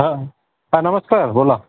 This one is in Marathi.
हां हां नमस्कार बोला